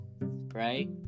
right